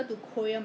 orh then